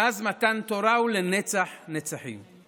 מאז מתן תורה הוא לנצח נצחים.